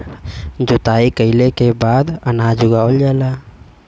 जोताई कइले के बाद अनाज उगावल जाला